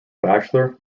bachelor